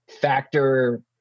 factor